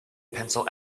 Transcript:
pencil